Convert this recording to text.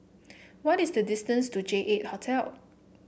what is the distance to J eight Hotel